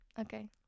Okay